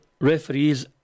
referees